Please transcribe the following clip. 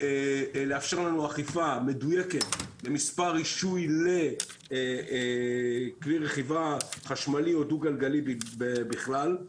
לאפשר לנו אכיפה מדויקת במספר רישוי לכלי רכיבה חשמלי או דו גלגלי בכלל.